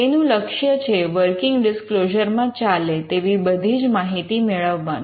તેનું લક્ષ્ય છે વર્કિંગ ડિસ્ક્લોઝર માં ચાલે તેવી બધી જ માહિતી મેળવવાનું